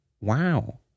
Wow